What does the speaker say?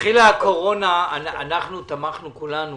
כשהתחילה הקורונה אנחנו תמכנו כולנו